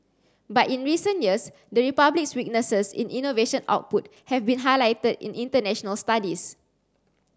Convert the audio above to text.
but in recent years the Republic's weaknesses in innovation output have been highlighted in international studies